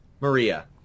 Maria